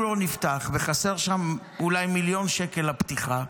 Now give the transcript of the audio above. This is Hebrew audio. לא נפתח וחסרים שם אולי מיליון שקל לפתיחה,